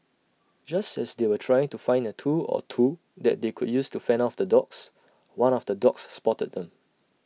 just as they were trying to find A tool or two that they could use to fend off the dogs one of the dogs spotted them